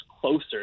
closer